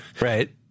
Right